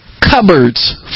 cupboards